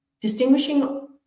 distinguishing